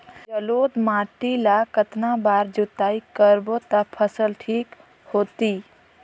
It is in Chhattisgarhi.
जलोढ़ माटी ला कतना बार जुताई करबो ता फसल ठीक होती?